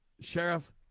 Sheriff